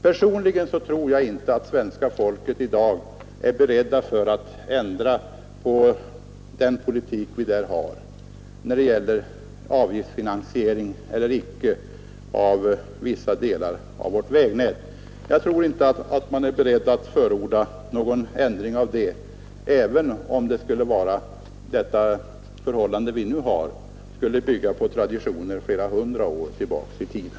Personligen tror jag inte att svenska folket är berett att ändra på den politik vi i dag driver och införa avgiftsfinansiering av vissa delar av vårt vägnät, även om den nuvarande ordningen skulle bygga på traditioner som går flera hundra år tillbaka i tiden.